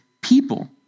people